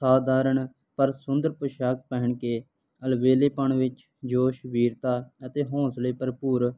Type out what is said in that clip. ਸਧਾਰਨ ਪਰ ਸੁੰਦਰ ਪੋਸ਼ਾਕ ਪਹਿਨ ਕੇ ਅਲਬੇਲੇਪਣ ਵਿੱਚ ਜੋਸ਼ ਵੀਰਤਾ ਅਤੇ ਹੌਂਸਲੇ ਭਰਪੂਰ